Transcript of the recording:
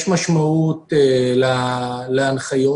משמעות להנחיות.